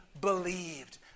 believed